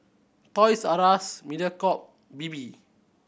Toys R Us Mediacorp Bebe